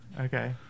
Okay